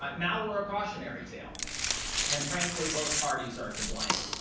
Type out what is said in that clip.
but now we're a cautionary tale and frankly, both parties are to blame.